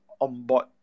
onboard